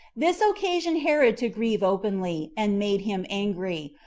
this occasioned herod to grieve openly, and made him angry,